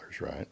right